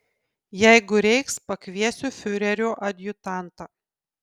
jeigu reiks pakviesiu fiurerio adjutantą